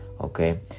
Okay